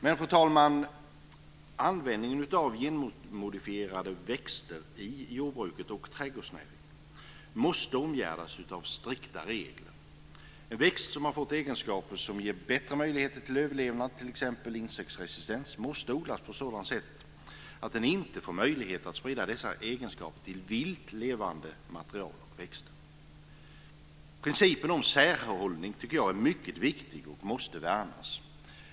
Men, fru talman, användningen av genmodifierade växter i jordbruket och trädgårdsnäringen måste omgärdas av strikta regler. En växt som har fått egenskaper som ger bättre möjligheter till överlevnad, t.ex. insektsresistens, måste odlas på sådant sätt att den inte får möjlighet att sprida dessa egenskaper till vilt levande material och växter. Principen om särhållning tycker jag är mycket viktig och måste värnas.